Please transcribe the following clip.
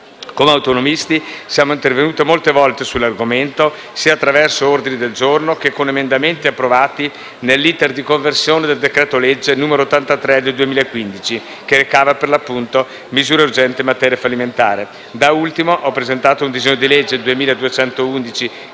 Come autonomisti siamo intervenuti molte volte sull'argomento sia attraverso ordini del giorno che con emendamenti approvati nell'*iter* di conversione del decreto-legge n. 83 del 2015, recante misure urgenti in materia fallimentare. Da ultimo ho presentato il disegno di legge n. 2211,